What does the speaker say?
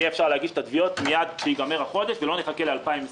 מיד כשייגמר החודש ולא נחכה ל-2020,